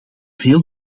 veel